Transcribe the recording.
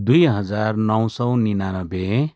दुई हजार नौ सय निनानब्बे